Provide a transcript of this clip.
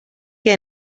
que